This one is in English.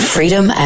Freedom